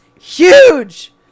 huge